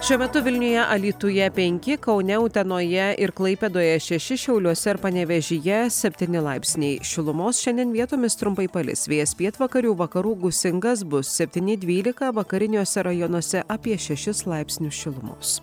šiuo metu vilniuje alytuje penki kaune utenoje ir klaipėdoje šeši šiauliuose ir panevėžyje septyni laipsniai šilumos šiandien vietomis trumpai palis vėjas pietvakarių vakarų gūsingas bus septyni dvylika vakariniuose rajonuose apie šešis laipsnius šilumos